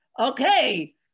Okay